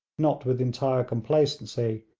not with entire complacency,